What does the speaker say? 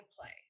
play